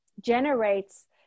generates